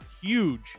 huge